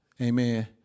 Amen